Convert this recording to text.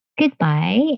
goodbye